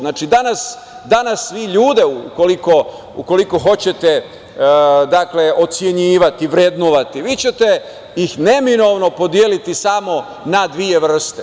Znači, danas vi ljude ukoliko hoćete ocenjivati, vrednovati, vi ćete ih neminovno podeliti samo na dve vrste.